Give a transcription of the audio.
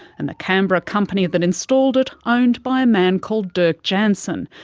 and the canberra company that installed it owned by a man called dirk jansen.